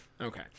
Okay